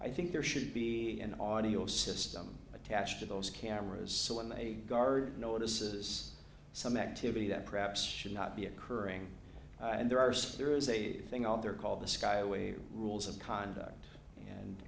i think there should be an audio system attached to those cameras so when a guard notices some activity that perhaps should not be occurring and there are spear is a good thing out there called the skyway rules of conduct and